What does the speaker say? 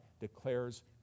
declares